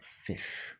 fish